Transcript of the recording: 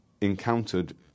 encountered